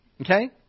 Okay